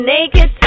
Naked